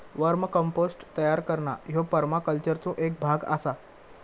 वर्म compost तयार करणा ह्यो परमाकल्चरचो एक भाग आसा